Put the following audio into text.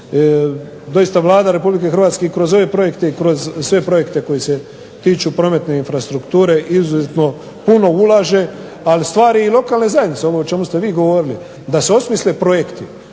doista Vlada Republike Hrvatske i kroz ove projekte i kroz sve projekte koji se tiču prometne infrastrukture izuzetno puno ulaže, ali stvar je i lokalne zajednice ovo o čemu ste vi govorili, da se osmisle projekti